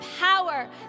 power